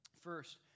First